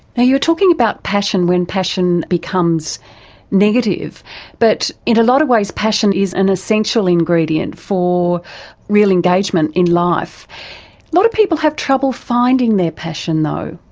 now you were talking about passion when passion becomes negative but in a lot of ways passion is an essential ingredient for real engagement in life. a lot of people have trouble finding their passion though.